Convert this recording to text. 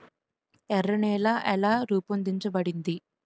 ఎర్ర నేల ఎలా రూపొందించబడింది?